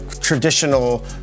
traditional